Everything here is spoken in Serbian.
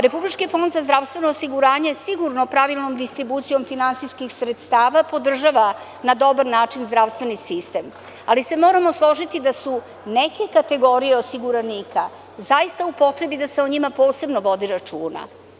Republički fond za zdravstveno osiguranje sigurno pravilnom distribucijom finansijskih sredstava podržava na dobar način zdravstveni sistem, ali se moramo složiti da su neke kategorije osiguranika zaista u potrebi da se o njima posebno vodi računa.